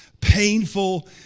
painful